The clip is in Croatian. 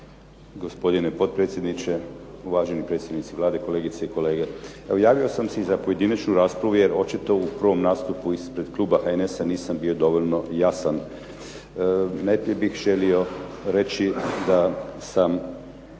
Gospodine potpredsjedniče, uvaženi predstavnici Vlade, kolegice i kolege. Evo, javio sam se i za pojedinačnu raspravu jer očito u prvom nastupu ispred kluba HNS-a nisam bio dovoljno jasan. Najprije bih želio reći da sam